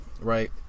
right